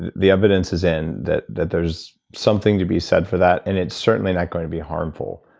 the evidence is in that that there's something to be said for that, and it's certainly not going to be harmful.